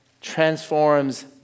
transforms